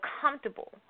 comfortable